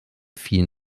vielen